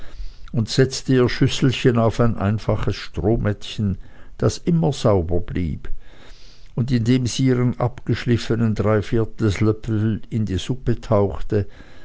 und setzte ihr schüsselchen auf ein einfaches strohmättchen das immer sauber blieb und indem sie ihren abgeschliffenen dreiviertelslöffel in die suppe tauchte